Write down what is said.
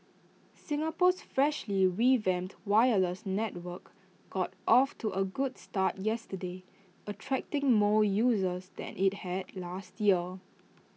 Singapore's freshly revamped wireless network got off to A good start yesterday attracting more users than IT had last year